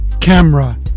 camera